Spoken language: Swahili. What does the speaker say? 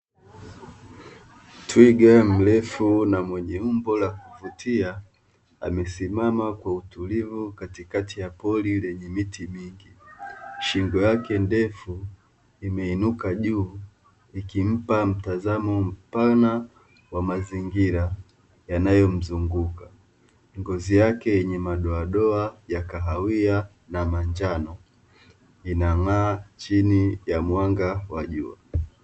Twiga mrefu na mwenye umbo la kuvutia amesimama kwa utulivu, katikati ya pori lenye miti mingi. Shingo yake ndefu imeinuka juu vikimpa mtazamo mpana wa mazingira yanayomzunguka. Ngozi yake yenye madoadoa yakahawia na manjano inang'aa chini ya mwanga wa jua.